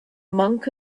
monk